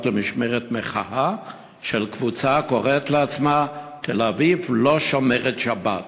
למשמרת מחאה של קבוצה הקוראת לעצמה "תל-אביב לא שומרת שבת"